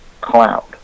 cloud